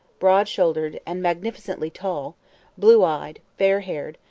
broad-shouldered, and magnificently tall blue-eyed, fair-haired,